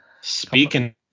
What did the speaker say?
Speaking